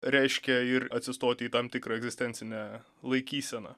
reiškia ir atsistoti į tam tikrą egzistencinę laikyseną